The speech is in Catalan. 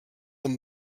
amb